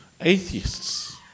atheists